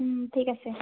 ঠিক আছে